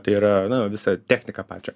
tai yra na visą techniką pačią